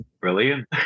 brilliant